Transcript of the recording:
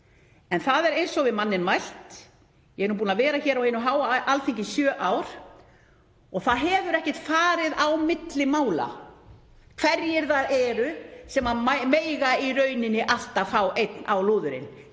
En það er eins og við manninn mælt, ég er nú búin að vera hér á hinu háa Alþingi sjö ár og það hefur ekkert farið á milli mála hverjir það eru sem mega í rauninni alltaf fá einn á lúðurinn,